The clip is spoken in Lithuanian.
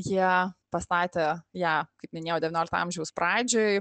jie pastatė ją kaip minėjau devyniolikto amžiaus pradžioj